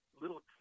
little